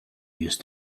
use